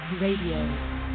Radio